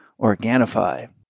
Organifi